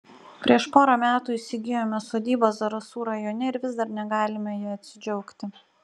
prieš porą metų įsigijome sodybą zarasų rajone ir vis dar negalime ja atsidžiaugti